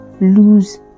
lose